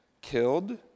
killed